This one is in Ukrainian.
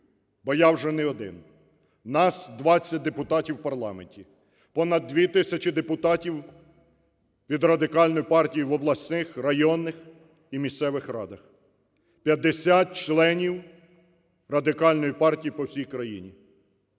Бо я вже не один, нас 20 депутатів в парламенті, понад дві тисячі депутатів від Радикальної партії в обласних, районних і місцевих радах, 50 членів Радикальної партії по всій країні.